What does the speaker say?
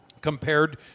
compared